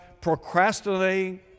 procrastinating